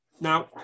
Now